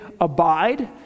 abide